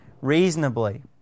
reasonably